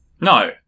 No